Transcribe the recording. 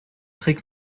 trägt